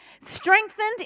Strengthened